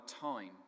time